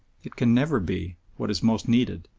it can never be, what is most needed,